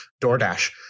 DoorDash